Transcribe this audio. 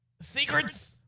secrets